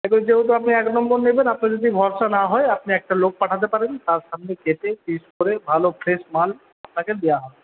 এখন যেহেতু আপনি এক নম্বর নেবেন আপনি যদি ভরসা না হয় আপনি একটা লোক পাঠাতে পারেন তার সামনেই কেটে পিস করে ভালো ফ্রেস মাল তাকে দেওয়া হবে